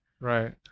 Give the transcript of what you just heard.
Right